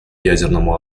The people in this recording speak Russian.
ядерному